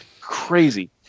crazy